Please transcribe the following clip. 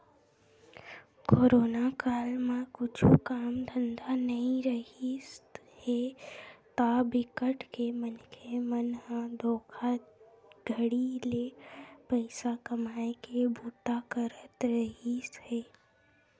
corona काल म कुछु काम धंधा नइ रिहिस हे ता बिकट के मनखे मन ह धोखाघड़ी ले पइसा कमाए के बूता करत रिहिस हे